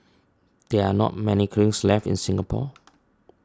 there are not many kilns left in Singapore